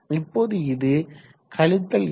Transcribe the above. இப்போது இது eb வகுத்தல் La